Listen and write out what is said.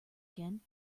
again